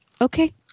Okay